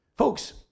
Folks